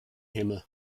himmel